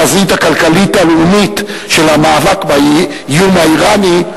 בחזית הכלכלית-הלאומית של המאבק באיום האירני,